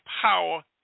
power